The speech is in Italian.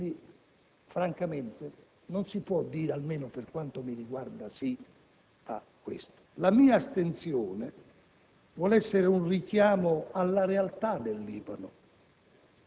dove UNIFIL sopporta che l'esercito libanese non faccia controlli seri e accetta addirittura questa situazione equivoca